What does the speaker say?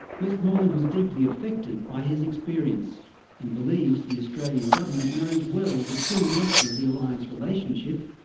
westmoreland was deeply affected by his experience and believes the australian government knows well the true nature of the alliance relationship,